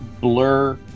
Blur